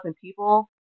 people